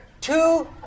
two